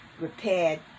repaired